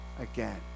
again